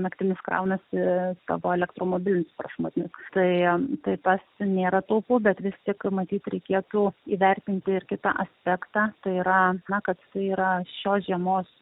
naktimis kraunasi savo elektromobilius prašmatnius tai tai tas nėra taupu bet vis tik matyt reikėtų įvertinti ir kitą aspektą tai yra na kad jisai yra šios žiemos